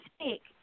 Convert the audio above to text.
speak